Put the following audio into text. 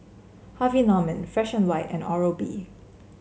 Harvey Norman Fresh And White and Oral B